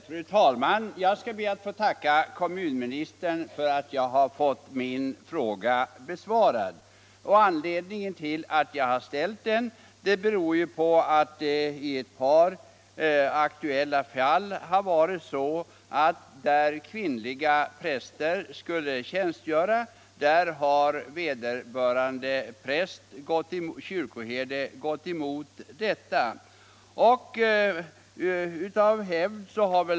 Fru talman! Jag skall be att få tacka kommunministern för att jag har fått min fråga besvarad. Anledningen till att jag har ställt den är att det i ett par fall förekommit att vederbörande kyrkoherde inte upplåtit kyrkan då kvinnlig präst skulle tjänstgöra.